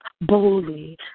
boldly